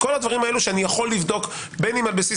כל הדברים שאני יכול לבדוק בין אם על בסיס